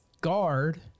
guard